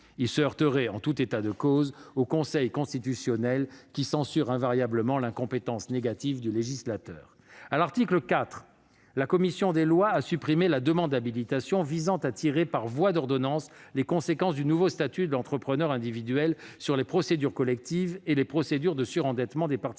Il se heurterait, en tout état de cause, au Conseil constitutionnel, qui censure invariablement l'incompétence négative du législateur. À l'article 4, la commission des lois a supprimé la demande d'habilitation, visant à tirer, par voie d'ordonnance, les conséquences du nouveau statut de l'entrepreneur individuel sur les procédures collectives et les procédures de surendettement des particuliers,